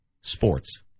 Sports